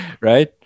right